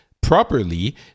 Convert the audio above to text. properly